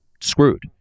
screwed